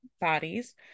bodies